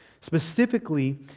specifically